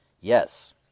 yes